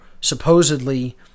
supposedly